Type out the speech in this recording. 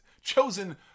chosen